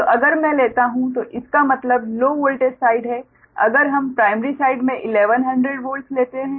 तो अगर मैं लेता हूं तो इसका मतलब लो वोल्टेज साइड है अगर हम प्राइमरी साइड में 1100 वोल्ट्स लेते हैं